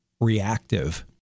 reactive